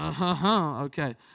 Okay